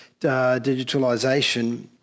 digitalisation